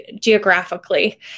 geographically